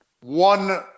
one